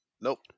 Nope